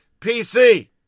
PC